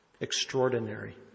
extraordinary